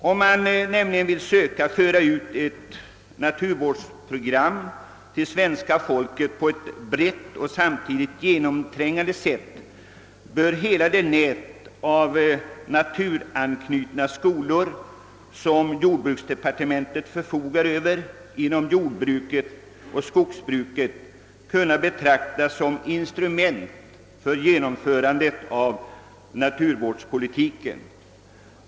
Om man nämligen vill genomföra ett brett och samtidigt genomträngande naturvårdsprogram, bör hela det nät av naturanknutna skolor som jordbruksdepartementet förfogar över inom jordbruket och skogsbruket kunna betraktas som instrument för genomförandet av naturvårdspolitiken.